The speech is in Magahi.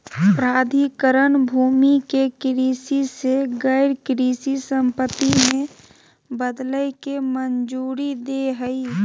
प्राधिकरण भूमि के कृषि से गैर कृषि संपत्ति में बदलय के मंजूरी दे हइ